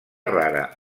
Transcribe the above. rara